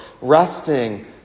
resting